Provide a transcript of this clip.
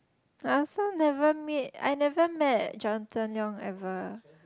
I also never meet I never met Jonathon-Leong ever